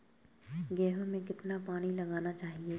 गेहूँ में कितना पानी लगाना चाहिए?